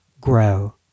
grow